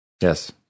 Yes